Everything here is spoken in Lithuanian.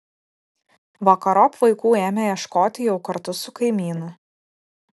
vakarop vaikų ėmė ieškoti jau kartu su kaimynu